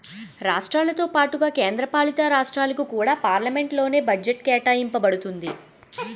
రాష్ట్రాలతో పాటుగా కేంద్ర పాలితరాష్ట్రాలకు కూడా పార్లమెంట్ లోనే బడ్జెట్ కేటాయింప బడుతుంది